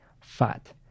fat